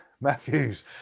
Matthews